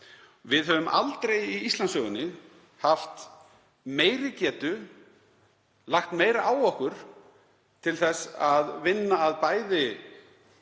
Við höfum aldrei í Íslandssögunni haft meiri getu og lagt meira á okkur til að vinna að bæði